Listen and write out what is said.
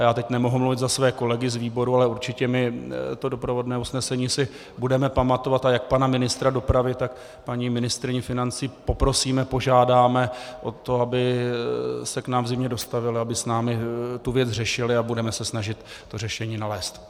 Já teď nemohu mluvit za své kolegy z výboru, ale určitě si doprovodné usnesení budeme pamatovat a jak pana ministra dopravy, tak paní ministryni financí poprosíme, požádáme o to, aby se k nám dostavili, aby s námi věc řešili, a budeme se snažit řešení nalézt.